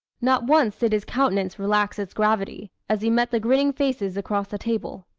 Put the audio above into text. not once did his countenance relax its gravity, as he met the grinning faces across the table.